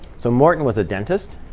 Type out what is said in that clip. so morton was a dentist.